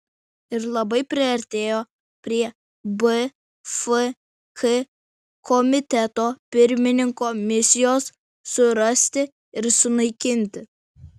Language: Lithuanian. ir labai priartėjo prie bfk komiteto pirmininko misijos surasti ir sunaikinti